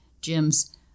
Jim's